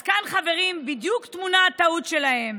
אז כאן, חברים, בדיוק טמונה הטעות שלהם.